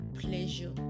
pleasure